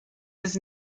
his